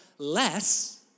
less